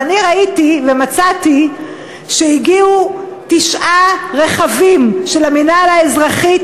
וראיתי ומצאתי שהגיעו תשעה רכבים של המינהל האזרחי,